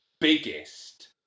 biggest